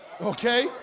Okay